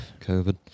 COVID